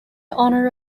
honor